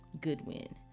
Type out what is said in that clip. Goodwin